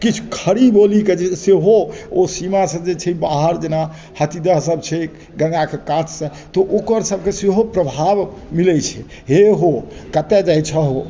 किछु खड़ी बोली के जे सेहो ओ सीमा सँ जे छै बाहर जेना हाथीदह सब छै गंगा के कात सॅं तऽ ओकर सबके सेहो प्रभाव मिलै छै हे हो कतय जाइ छ हो